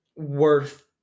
worth